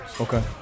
Okay